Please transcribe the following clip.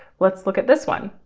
let's look at this one.